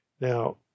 Now